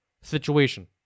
situation